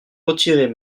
retirés